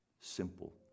simple